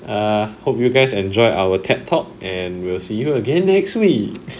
err hope you guys enjoy our ted talk and we'll see you again next week